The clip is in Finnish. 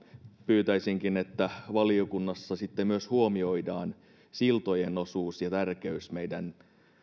pyytäisinkin että valiokunnassa sitten myös huomioidaan siltojen osuus ja tärkeys meidän